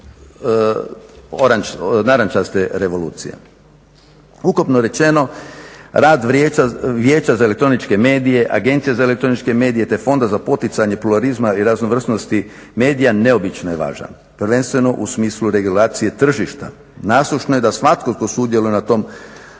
narančaste revolucije. Ukupno rečeno, rad Vijeća za elektroničke medije, Agencija za elektroničke medije te fonda za poticanje pluralizma i raznovrsnosti medija neobično je važan, prvenstveno u smislu regulacije tržišta. Nasušno je da svatko tko sudjeluje na tom